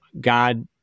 God